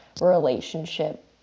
relationship